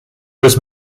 was